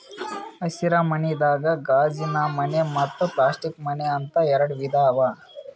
ಹಸಿರ ಮನಿದಾಗ ಗಾಜಿನಮನೆ ಮತ್ತ್ ಪ್ಲಾಸ್ಟಿಕ್ ಮನೆ ಅಂತ್ ಎರಡ ವಿಧಾ ಅವಾ